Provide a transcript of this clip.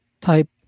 type